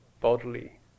bodily